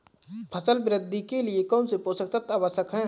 फसल वृद्धि के लिए कौनसे पोषक तत्व आवश्यक हैं?